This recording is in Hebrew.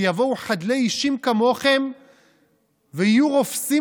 שיבואו חדלי אישים כמוכם ויהיו רופסים